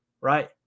right